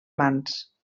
mans